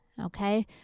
Okay